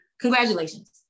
congratulations